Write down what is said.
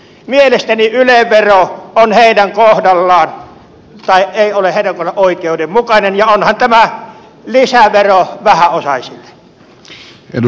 mielestäni yle vero ei ole heidän kohdallaan oikeudenmukainen ja onhan tämä lisävero vähäosaisille